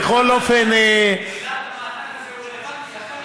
באילת המענק הזה הוא רלוונטי.